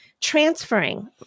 transferring